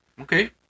Okay